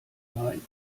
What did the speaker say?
nein